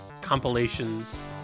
compilations